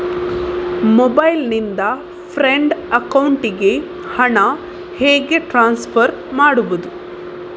Mobile ನಿಂದ friend ಅಕೌಂಟಿಗೆ ಹಣ ಹೇಗೆ ಟ್ರಾನ್ಸ್ಫರ್ ಮಾಡುವುದು?